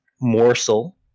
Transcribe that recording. morsel